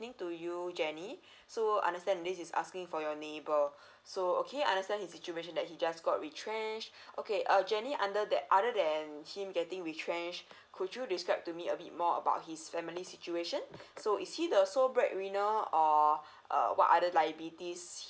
to you J E N N Y so I understand this is asking for your neighbor so okay I understand his situation that he just got retrenched okay uh J E N N Y under that other than him getting retrenched could you describe to me a bit more about his family situation so is he the sole breadwinner or err what other liabilities